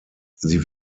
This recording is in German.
sie